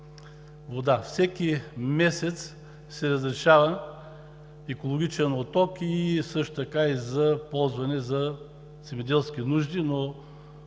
вода. Всеки месец се разрешава екологичен отток и за ползване за земеделски нужди, но